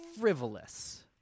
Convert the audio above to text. frivolous